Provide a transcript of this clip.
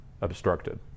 obstructed